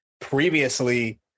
previously